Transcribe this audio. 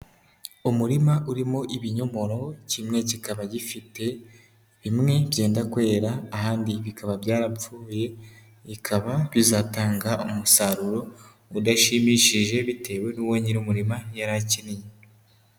Umurima urimo ibinyomoro, kimwe kikaba gifite bimwe byenda kwera ahandi bikaba byarapfuye, bikaba bizatanga umusaruro udashimishije bitewe n'uwo nyir'umurima yari akeneye.